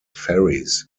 ferries